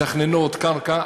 מתכננות קרקע.